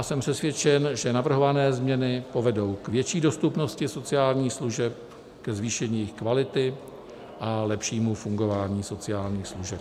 Jsem přesvědčen, že navrhované změny povedou k větší dostupnosti sociálních služeb, ke zvýšení jejich kvality a lepšímu fungování sociálních služeb.